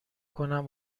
کنم